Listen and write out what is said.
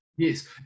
Yes